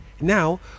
Now